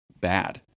bad